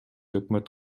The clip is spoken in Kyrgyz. өкмөт